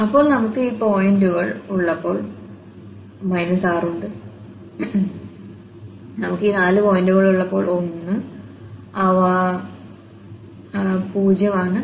അപ്പോൾ നമുക്ക് ഈ മൂന്ന് പോയിന്റുകൾ ഉള്ളപ്പോൾ 6 ഉണ്ട് നമുക്ക് ഈ 4 പോയിന്റുകൾ ഉള്ളപ്പോൾ 1 ഇവ 0 ആണ്